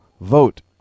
Vote